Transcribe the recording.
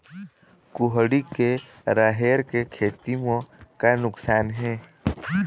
कुहड़ी के राहेर के खेती म का नुकसान हे?